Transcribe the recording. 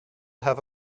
have